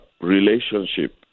relationship